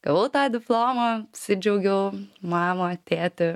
gavau tą diplomą apsidžiaugiau mama tėti